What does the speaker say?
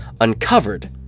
uncovered